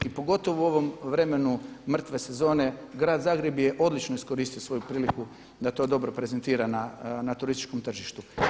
I pogotovo u ovom vremenu mrtve sezone grad Zagreb je odlično iskoristio svoju priliku da to dobro prezentira na turističkom tržištu.